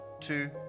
two